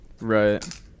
right